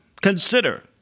consider